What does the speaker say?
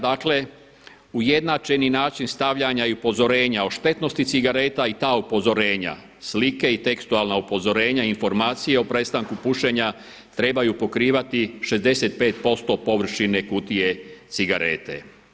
Dakle, ujednačeni način stavljanja i upozorenja o štetnosti cigareta i ta upozorenja, slike i tekstualna upozorenja, informacije o prestanku pušenja trebaju pokrivati 65% površine kutije cigarete.